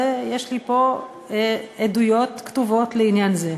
יש לי פה עדויות כתובות לעניין זה.